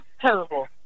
terrible